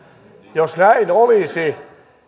jos näin olisi